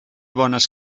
bones